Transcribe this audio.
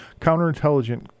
Counterintelligence